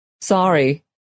Sorry